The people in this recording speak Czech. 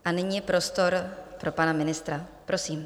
A nyní je prostor pro pana ministra, prosím.